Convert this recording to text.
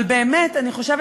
אבל באמת אני חושבת